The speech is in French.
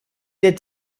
est